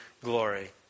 glory